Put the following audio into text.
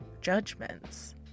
judgments